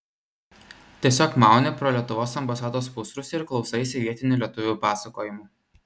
tiesiog mauni pro lietuvos ambasados pusrūsį ir klausaisi vietinių lietuvių pasakojimų